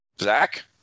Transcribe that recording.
Zach